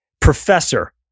professor